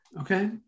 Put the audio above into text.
okay